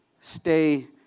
stay